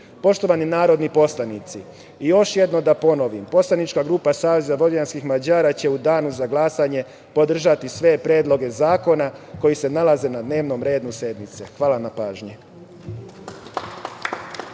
zemlje. Poštovani narodni poslanici, još jednom da ponovim, poslanička grupa SVM će u danu za glasanje podržati sve predloge zakona koji se nalaze na dnevnom redu sednice. Hvala na pažnji.